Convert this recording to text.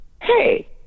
Hey